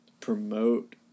promote